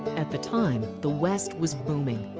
at the time, the west was booming.